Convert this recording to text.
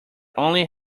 only